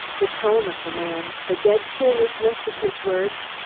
the tone of the man, the dead seriousness of his words,